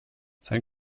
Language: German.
sein